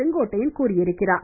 செங்கோட்யைன் தெரிவித்திருக்கிறார்